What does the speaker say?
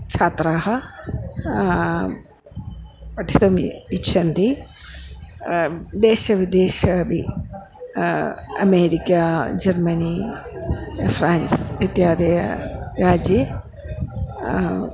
छात्राः पठितुम् इच्छन्ति देशविदेशेपि अमेरिका जर्मनी फ़्रेन्स् इत्यादि राज्ये